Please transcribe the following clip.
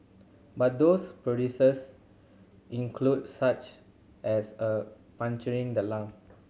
but those produces include such as of puncturing the lung